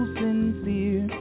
sincere